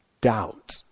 doubt